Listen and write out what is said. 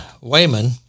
Wayman